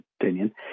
opinion